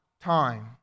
time